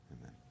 Amen